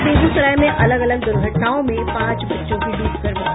और बेगूसराय में अलग अलग दुर्घटनाओं में पांच बच्चों की डूबकर मौत